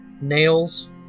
Nails